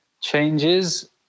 changes